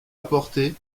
apporté